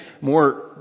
more